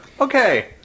Okay